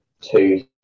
two